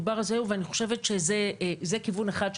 ואני חושבת שזהו כיוון אחד.